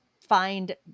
find